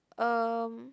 um